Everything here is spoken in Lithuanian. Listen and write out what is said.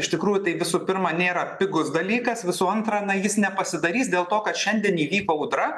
iš tikrųjų tai visų pirma nėra pigus dalykas visų antra na jis nepasidarys dėl to kad šiandien įvyko audra